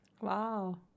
Wow